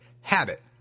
habit